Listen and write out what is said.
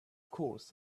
course